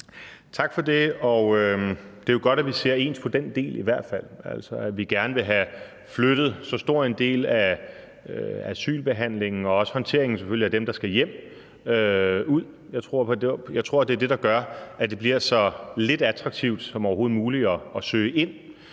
Tak for det. Det er jo godt, at vi ser ens på i hvert fald den del, altså at vi gerne vil have flyttet så stor en del af asylbehandlingen som muligt ud og selvfølgelig også håndteringen af dem, der skal hjem. Jeg tror, at det er det, der gør, at det bliver så lidt attraktivt som overhovedet muligt at søge ind.